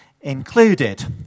included